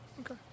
Okay